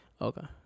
Okay